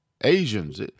Asians